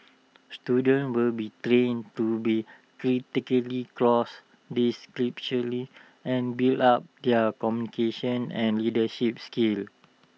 students will be trained to be think critically across and build up their communication and leadership skills